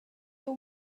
your